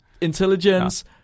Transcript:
Intelligence